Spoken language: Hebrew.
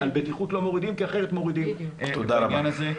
על בטיחות לא מורידים כי אחרת מורידים את העניין הזה.